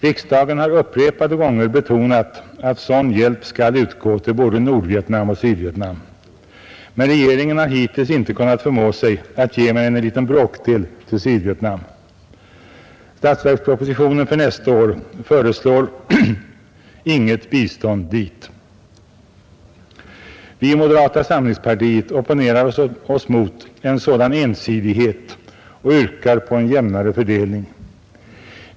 Riksdagen har upprepade gånger betonat att sådan hjälp skall utgå till både Nordvietnam och Sydvietnam, men regeringen har hittills inte kunnat förmå sig att ge mer än en liten bråkdel till Sydvietnam. Statsverkspropositionen för nästa år föreslår inget bistånd dit. Vi i moderata samlingspartiet opponerar oss mot en sådan ensidighet och yrkar på en jämnare fördelning.